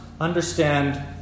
understand